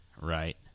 Right